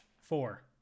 four